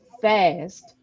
fast